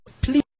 Please